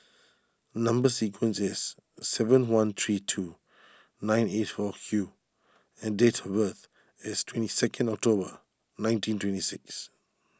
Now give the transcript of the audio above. Number Sequence is S seven one three two nine eight four Q and date of birth is twenty second October nineteen twenty six